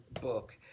book